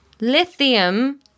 lithium